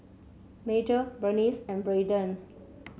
Major Berniece and Brayden